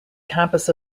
campus